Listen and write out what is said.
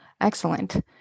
excellent